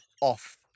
off